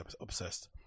obsessed